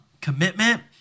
commitment